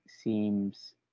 seems